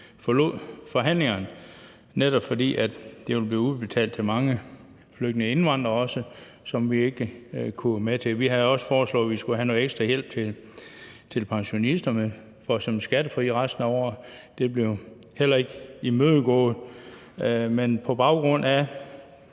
forlod forhandlingerne, netop fordi der ville blive udbetalt til mange flygtninge og indvandrere også, og det kunne vi ikke være med til. Vi havde også foreslået, at vi skulle have noget ekstra hjælp til pensionister i form af et skattefrit tilskud resten af året, men det blev heller ikke imødekommet. På baggrund af